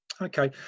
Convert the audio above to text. okay